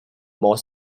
more